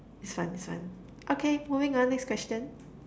is fun is fun okay moving on next question